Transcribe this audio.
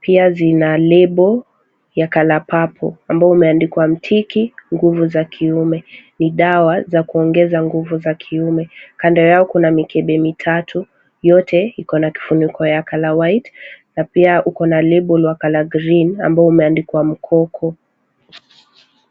Pia zina lebo ya color purple ambayo umeandikwa Mtiki nguvu za kiume. Ni dawa za kuongeza nguvu za kiume. Kando yao kuna mikebe mitatu. Yote iko na kifuniko ya colour white na pia uko na lebo wa colour green ambayo umeandikwa mkoko.